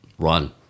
Run